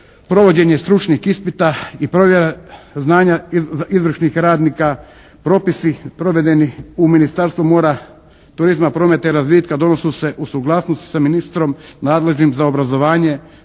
provođenje stručnih ispita i provjera znanja izvršnih radnika, propisi provedeni u Ministarstvu mora, turizma, prometa i razvitka donose se u suglasnosti sa ministrom nadležnim za obrazovanje,